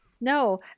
No